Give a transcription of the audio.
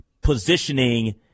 positioning